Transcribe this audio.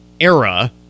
era